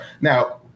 Now